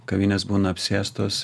kavinės būna apsėstos